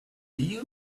you